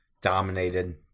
dominated